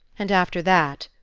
and after that,